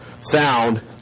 sound